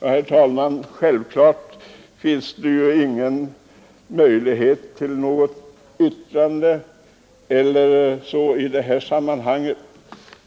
Herr talman! Självfallet finns det ingen möjlighet till något yrkande i det här sammanhanget.